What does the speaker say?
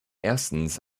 erstens